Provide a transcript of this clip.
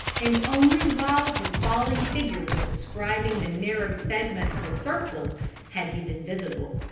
and only while his falling figure was describing the narrow segment of a circle had he been visible.